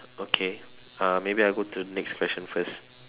okay uh maybe I go to the next question first